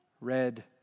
red